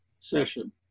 session